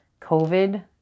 COVID